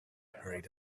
hurried